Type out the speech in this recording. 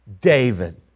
David